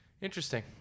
Interesting